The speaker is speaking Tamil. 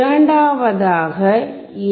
இரண்டாவதாக ஏ